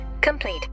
complete